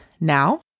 now